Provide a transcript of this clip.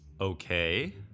Okay